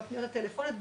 בפניות הטלפוניות,